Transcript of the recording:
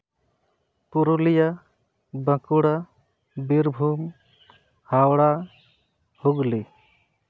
Purulia Bankura Birbhum Howrah Hooghly